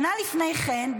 שנה לפני כן,